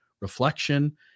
reflection